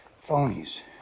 phonies